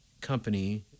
company